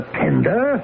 tender